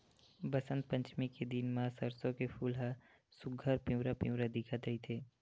बसंत पचमी के दिन म सरसो के फूल ह सुग्घर पिवरा पिवरा दिखत रहिथे